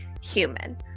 human